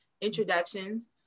introductions